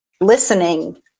listening